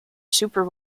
super